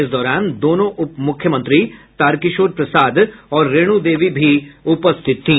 इस दौरान दोनों उप मुख्यमंत्री तारकिशोर प्रसाद और रेणु देवी भी उपस्थित थीं